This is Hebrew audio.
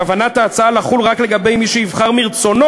"כוונת ההצעה לחול רק לגבי מי שיבחר מרצונו